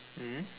mmhmm